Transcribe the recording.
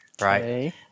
right